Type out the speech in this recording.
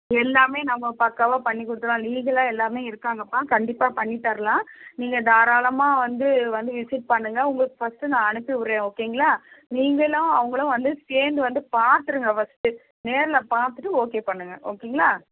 எல்லாமே நம்ம பக்காவாக பண்ணிக்கொடுத்துருவோம் லீகில்லாக எல்லாமே இருக்காங்கப்பா கண்டிப்பாக பண்ணித்தரலாம் நீங்கள் தாராளமாக வந்து வந்து விசிட் பண்ணுங்கள் உங்களுக்கு ஃபர்ஸ்ட்டு நான் அனுப்பிவிடுறேன் ஓகேங்களா நீங்களும் அவங்களும் வந்து சேர்ந்து வந்து பார்த்துருங்க ஃபர்ஸ்ட்டு நேர்ல பார்த்துட்டு ஓகே பண்ணுங்கள் ஓகேங்களா